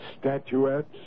statuettes